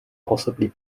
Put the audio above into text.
possibly